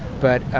but